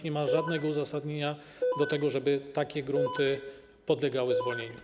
Nie ma żadnego uzasadnienia tego, żeby takie grunty podlegały zwolnieniu.